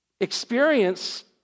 experience